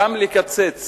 לקצץ